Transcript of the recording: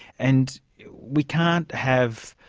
and we can't have